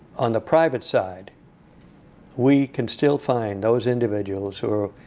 on the private side we can still find those individuals who are,